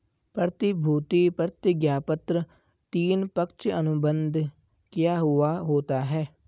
प्रतिभूति प्रतिज्ञापत्र तीन, पक्ष अनुबंध किया हुवा होता है